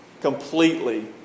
completely